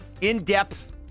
in-depth